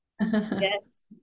yes